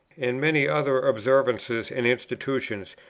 and many other observances and institutions,